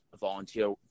volunteer